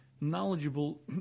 knowledgeable